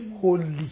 holy